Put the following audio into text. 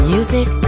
Music